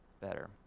better